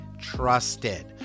trusted